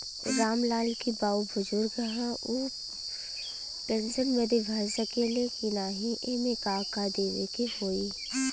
राम लाल के बाऊ बुजुर्ग ह ऊ पेंशन बदे भर सके ले की नाही एमे का का देवे के होई?